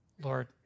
Lord